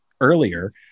earlier